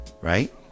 right